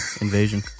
invasion